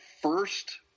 first